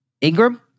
Ingram